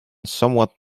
somewhat